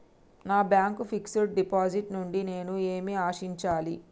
నా bank fixed deposit నుండి నేను ఏమి ఆశించాలి?